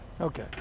Okay